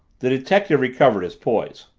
the detective recovered his poise.